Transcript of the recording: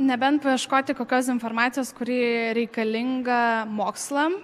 nebent paieškoti kokios informacijos kuri reikalinga mokslam